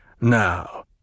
Now